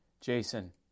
Jason